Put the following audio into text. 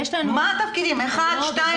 מה התפקידים שלה.